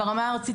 ברמה הארצית,